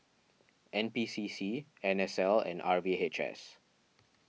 N P C C N S L and R V H S